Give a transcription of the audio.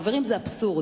חברים, זה אבסורד,